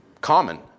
common